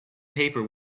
paper